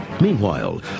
Meanwhile